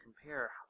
compare